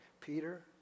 Peter